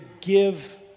give